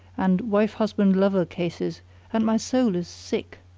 and wife-husband-lover cases and my soul is sick.